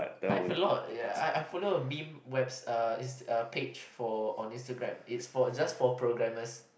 I have a lot ya I I follow a meme web err page for on Instagram it's for just for programmers